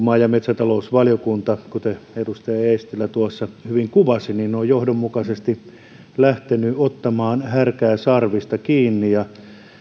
maa ja metsätalousvaliokunta kuten edustaja eestilä tuossa hyvin kuvasi on johdonmukaisesti lähtenyt ottamaan härkää sarvista kiinni ja